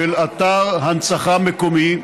של "אתר הנצחה מקומי",